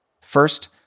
First